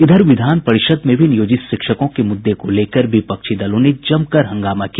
इधर विधान परिषद में भी नियोजित शिक्षकों के मुद्दे को लेकर विपक्षी दलों ने जमकर हंगामा किया